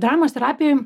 dramos terapijoj